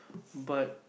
but